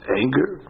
anger